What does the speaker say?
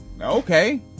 Okay